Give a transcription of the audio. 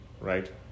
right